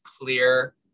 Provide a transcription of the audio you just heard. clear